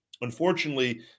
Unfortunately